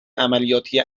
عملیاتی